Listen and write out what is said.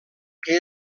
que